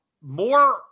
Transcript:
More